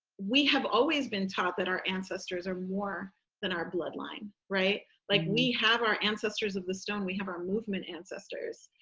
we have always been taught that our ancestors are more than our bloodline. right? like we have our ancestors of the stone. we have our movement ancestors.